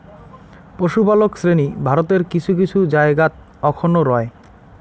পশুপালক শ্রেণী ভারতের কিছু কিছু জায়গাত অখনও রয়